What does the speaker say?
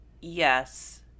Yes